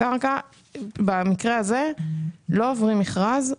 על הקרקע במקרה הזה לא עוברת מכרז,